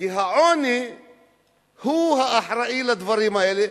כי העוני הוא האחראי לדברים האלה.